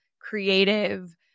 creative